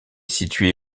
située